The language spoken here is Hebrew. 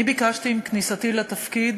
אני ביקשתי עם כניסתי לתפקיד